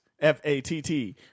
F-A-T-T